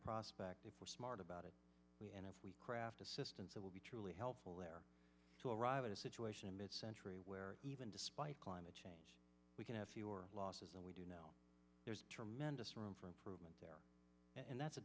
prospect if we're smart about it and if we craft assistance that will be truly helpful they're to arrive at a situation in mid century where even despite climate change we can have fewer losses and we do know there's tremendous room for improvement there and that's a